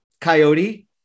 Coyote